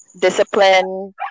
discipline